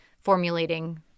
formulating